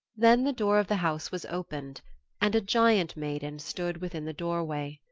then the door of the house was opened and a giant maiden stood within the doorway.